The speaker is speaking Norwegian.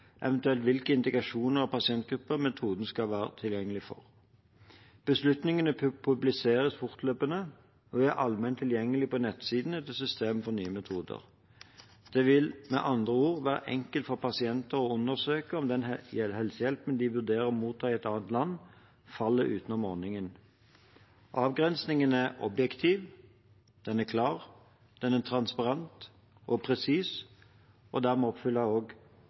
eventuelt hvilke indikasjoner og pasientgrupper metoden skal være tilgjengelig for. Beslutningene publiseres fortløpende og er allment tilgjengelig på nettsidene til systemet for nye metoder. Det vil med andre ord være enkelt for pasienter å undersøke om den helsehjelpen de vurderer å motta i et annet land, faller utenom ordningen. Avgrensningen er objektiv, klar, transparent og presis, og dermed oppfyller